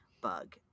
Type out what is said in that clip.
bug